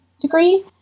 degree